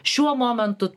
šiuo momentu